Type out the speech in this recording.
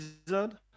episode